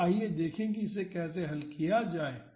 तो आइए देखें कि इसे कैसे हल किया जाए